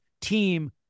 team